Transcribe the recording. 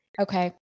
Okay